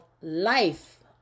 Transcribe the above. Life